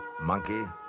monkey